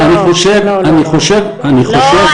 אני חושב --- לא,